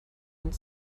und